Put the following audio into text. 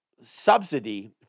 subsidy